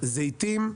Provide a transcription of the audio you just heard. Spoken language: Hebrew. זיתים.